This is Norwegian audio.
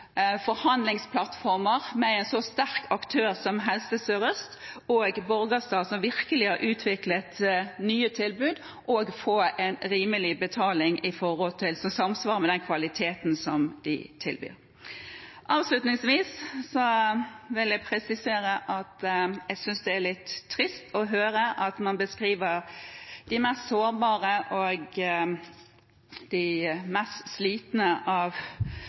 en så sterk aktør som Helse Sør-Øst og Borgestadklinikken, som virkelig har utviklet nye tilbud, og få en rimelig betaling som samsvarer med den kvaliteten de tilbyr. Avslutningsvis vil jeg presisere at jeg synes det er litt trist å høre at man beskriver de mest sårbare og